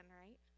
right